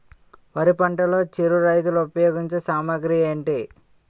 వరి పంటలో చిరు రైతులు ఉపయోగించే సామాగ్రి ఏంటి?